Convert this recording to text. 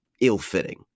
ill-fitting